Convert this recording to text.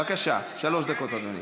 בבקשה, שלוש דקות, אדוני.